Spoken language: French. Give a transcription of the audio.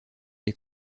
les